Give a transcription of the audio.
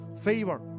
favor